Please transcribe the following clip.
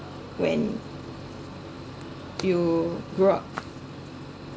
when you grow up